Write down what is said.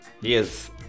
yes